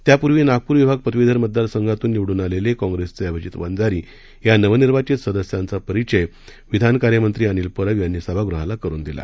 त्यापूर्वी नागपूर विभाग पदवीधर मतदारसंघातून निवडून आलेले काँग्रेसचे अभिजित वंजारी या नवनिर्वाचित सदस्यांचा परिचय विधान कार्यमंत्री अनिल परब यांनी सभागृहाला करून दिला